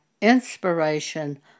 inspiration